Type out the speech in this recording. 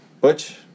Butch